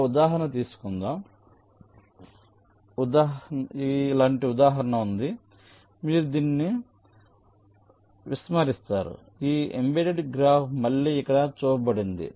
ఒక ఉదాహరణ తీసుకుందాం ఇలాంటి ఉదాహరణ ఉందని అనుకుందాం మీరు దీన్ని విస్మరిస్తారు ఈ ఎంబెడెడ్ గ్రాఫ్ మళ్ళీ ఇక్కడ చూపబడింది